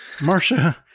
marcia